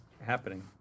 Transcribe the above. happening